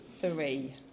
Three